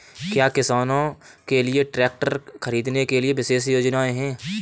क्या किसानों के लिए ट्रैक्टर खरीदने के लिए विशेष योजनाएं हैं?